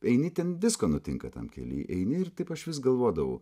eini ten visko nutinka tam kely eini ir taip aš vis galvodavau